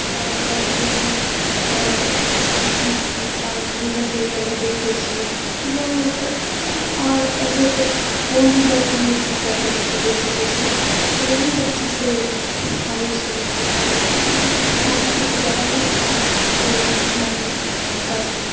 खराब उराब होबै छै तऽ सब चीज गूगल पे ही करके देखि लए छिऐ मतलब आओर ऐसे फोन भी करके हमलोग ई करि सकैत छिऐ देखि सकैत छिऐ तऽ इएह सब चीज से होवै छै आओर बिहारमे तो किछु जादा ही ई सबके मान्यता छै